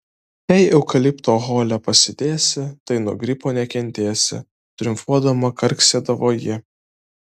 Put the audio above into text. jei eukalipto hole pasidėsi tai nuo gripo nekentėsi triumfuodama karksėdavo ji